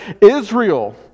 Israel